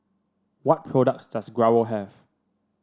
what products does Growell have